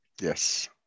Yes